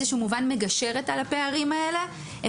מגשרת על הפערים האלה באיזשהו מובן.